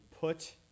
put